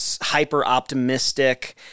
hyper-optimistic